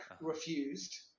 refused